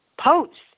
posts